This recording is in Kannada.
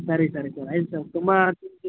ಸರಿ ಸರಿ ಸರ್ ಆಯ್ತು ಸರ್